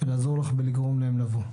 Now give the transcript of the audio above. ולעזור לך בלגרום להם לבוא.